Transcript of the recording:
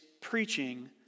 preaching